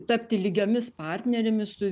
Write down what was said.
tapti lygiomis partnerėmis su